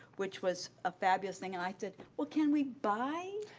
which was a fabulous thing, and i said, well, can we buy,